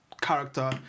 character